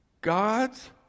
God's